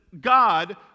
God